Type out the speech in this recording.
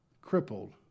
crippled